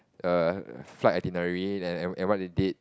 err flight itinerary and and and what they did